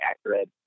accurate